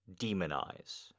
demonize